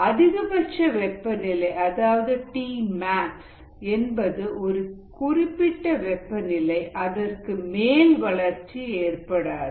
அதிகபட்ச வெப்பநிலை அல்லது டி மேக்ஸ் என்பது ஒரு குறிப்பிட்ட வெப்பநிலை அதற்கு மேல் வளர்ச்சி ஏற்படாது